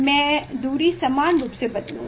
मैं दूरी समान रूप से बदलूंगा